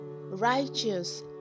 righteous